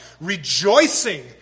rejoicing